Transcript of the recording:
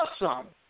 awesome